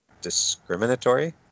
discriminatory